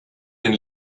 den